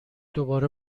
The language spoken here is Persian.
دوباره